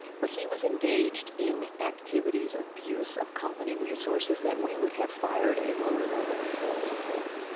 but he was engaged in activities, abuse of company resources that we would have fired a lower level employee for.